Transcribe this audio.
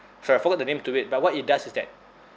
sorry I forgot the name to it but what it does is that